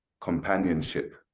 companionship